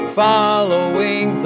following